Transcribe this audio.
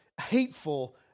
hateful